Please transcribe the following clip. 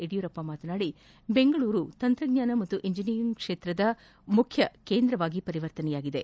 ಯಡಿಯೂರಪ್ಪ ಮಾತನಾಡಿ ಬೆಂಗಳೂರು ತಂತ್ರಜ್ಞಾನ ಹಾಗೂ ಇಂಜಿನಿಯರಿಂಗ್ ಕ್ವೇತ್ರದ ಮುಖ್ಯ ಕೇಂದ್ರವಾಗಿ ಪರಿವರ್ತನೆಯಾಗಿದೆ